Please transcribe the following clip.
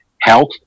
health